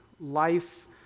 life